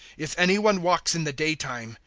if any one walks in the daytime,